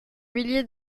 milliers